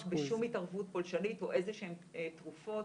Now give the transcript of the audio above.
בשום התערבות פולשנית או איזשהם תרופות.